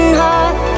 heart